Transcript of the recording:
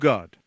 God